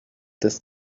this